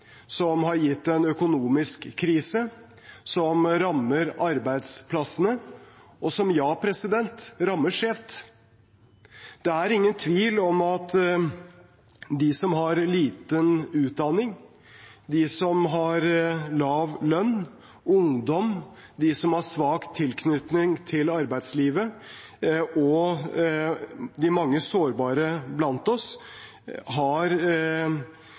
som har gitt en økonomisk krise, som rammer arbeidsplassene, og som – ja – rammer skjevt. Det er ingen tvil om at de som har liten utdanning, de som har lav lønn, ungdom, de som har svak tilknytning til arbeidslivet, og de mange sårbare blant oss